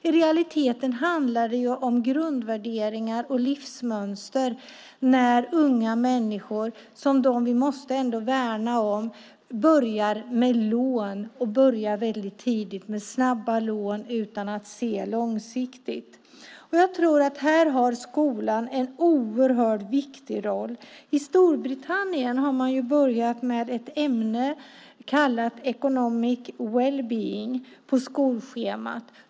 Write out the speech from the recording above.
I realiteten handlar det om grundvärderingar och livsmönster när unga människor, som vi måste värna om, väldigt tidigt börjar ta snabba lån utan att se på det hela långsiktigt. Här har skolan en oerhört viktig roll. I Storbritannien har man numera ett ämne kallat economic well-being på skolschemat.